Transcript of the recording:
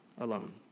alone